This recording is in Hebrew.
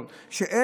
שאתה מכיר,